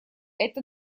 это